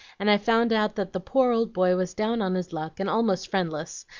and i found out that the poor old boy was down on his luck, and almost friendless,